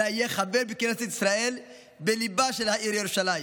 אלא יהיה חבר בכנסת ישראל בליבה של העיר ירושלים?